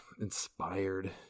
inspired